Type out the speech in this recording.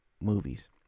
movies